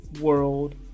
world